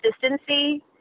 consistency